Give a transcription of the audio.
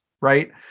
right